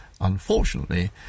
Unfortunately